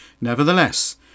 Nevertheless